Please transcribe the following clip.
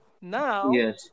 Now